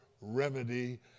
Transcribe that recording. remedy